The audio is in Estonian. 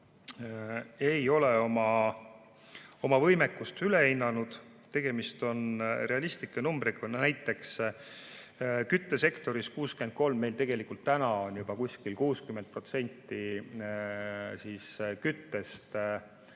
ei ole oma võimekust üle hinnanud, tegemist on realistlike numbritega. Näiteks küttesektoris 63% –meil tegelikult täna põhineb juba kuskil 60% küttest